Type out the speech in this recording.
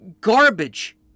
garbage